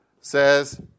says